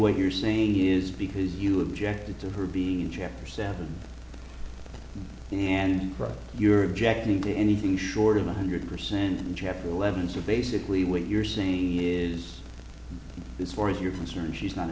what you're saying is because you objected to her be chapter seven and you're objecting to anything short of one hundred percent in chapter eleven so basically what you're saying is it's more if you're concerned she's not